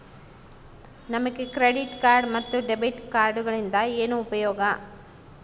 ನಮಗೆ credit card ಮತ್ತು debit ಕಾರ್ಡುಗಳಿಂದ ಏನು ಉಪಯೋಗ?